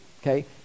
okay